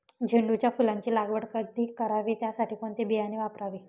झेंडूच्या फुलांची लागवड कधी करावी? त्यासाठी कोणते बियाणे वापरावे?